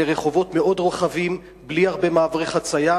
אלה רחובות רחבים מאוד בלי הרבה מעברי חצייה,